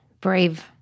brave